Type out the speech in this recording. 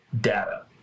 data